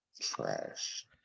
Trash